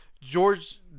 George